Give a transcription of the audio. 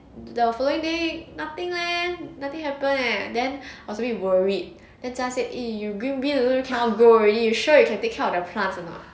the following day nothing leh nothing happened leh then I was a bit worried then jia said eh you green bean also cannot grow already you sure you can take care of the plants a not